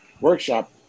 workshop